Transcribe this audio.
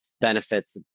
benefits